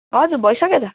हजुर भइसक्यो त